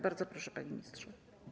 Bardzo proszę, panie ministrze.